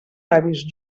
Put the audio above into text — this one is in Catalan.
avis